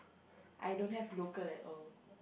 I don't have local at all